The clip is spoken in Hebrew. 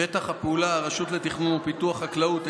שטח הפעולה: הרשות לתכנון ופיתוח החקלאות,